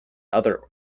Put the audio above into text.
other